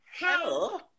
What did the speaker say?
hello